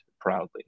proudly